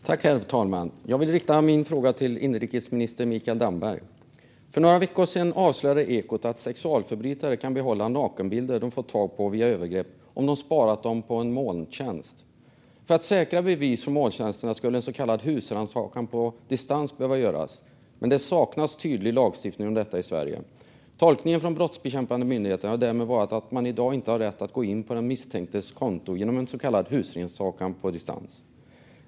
Herr talman! Jag vill rikta min fråga till inrikesminister Mikael Damberg. För några veckor sedan avslöjade Ekot att sexualförbrytare kan behålla nakenbilder som de fått tag på via övergrepp om de sparat dem i en molntjänst. För att säkra bevis från molntjänsterna skulle en så kallad husrannsakan på distans behöva göras, men det saknas tydlig lagstiftning om detta i Sverige. Tolkningen från brottsbekämpande myndigheter har därmed varit att man i dag inte har rätt att gå in på den misstänktes konto genom en så kallad husrannsakan på distans.